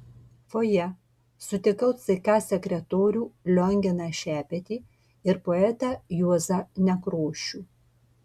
fojė sutikau ck sekretorių lionginą šepetį ir poetą juozą nekrošių